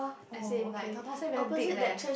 as in like Tan-Tock-Seng very big leh